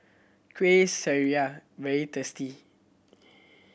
Kuih Syara very tasty